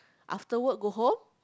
after work go home